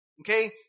Okay